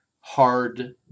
hard